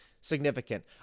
significant